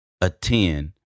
attend